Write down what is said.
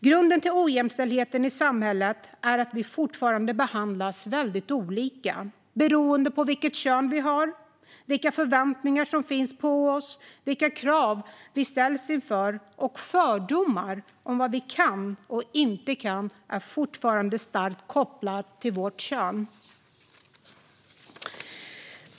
Grunden till ojämställdheten i samhället är att vi fortfarande behandlas väldigt olika beroende på vilket kön vi har, vilka förväntningar som finns på oss och vilka krav vi ställs inför. Och fördomar om vad vi kan eller inte kan är fortfarande starkt kopplade till kön.